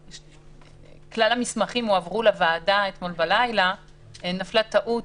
כשכלל המסמכים הועברו לוועדה אתמול בלילה נפלה טעות